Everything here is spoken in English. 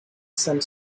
some